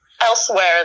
elsewhere